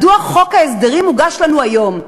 מדוע חוק ההסדרים מוגש לנו היום?